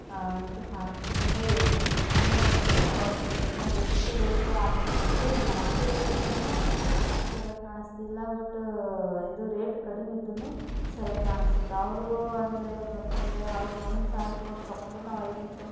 ಅಂತ ಕಾಣತ್ತಂದರೆ ಏನು ಉಟ್ಕೊಂಡರೆ ಅಷ್ಟು ಫಂಕ್ಷನ್ದಾಗೆ ಎಷ್ಟು ರೇಟ್ ಅದಕ್ಕಿಂತಲೂ ಜಾಸ್ತಿ ರೇಟ್ ಇದ್ದುನೂ ಅಷ್ಟು ಸರ್ಯಾಗಿ ಕಾಣಿಸ್ತಿಲ್ಲ ಬಟ್ ಇದು ರೇಟ್ ಕಡ್ಮೆ ಇದ್ದರೂನು ಸರಿಯಾಗಿ ಕಾಣಸ್ತಿತ್ತು ಅವ್ರದ್ದು ಅಂದರೆ ಎಕ್ಸಾಂಪಲ್ ಅಂದರೆ ಅವ್ರ್ಗೆ ಒಂದ್ಸಾವಿರ ಕೊಟ್ಟು ತಗೊಂಡ್ರೂ ನಾವು ಐನೂರು ತಕ್